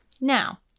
Now